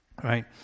right